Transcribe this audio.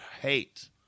hate